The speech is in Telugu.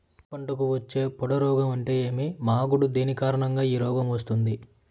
వరి పంటకు వచ్చే పొడ రోగం అంటే ఏమి? మాగుడు దేని కారణంగా ఈ రోగం వస్తుంది?